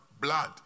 blood